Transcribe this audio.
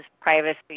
privacy